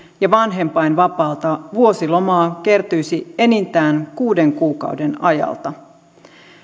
ja vanhempainvapaalta vuosilomaa kertyisi enintään kuuden kuukauden ajalta